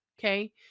okay